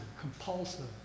compulsive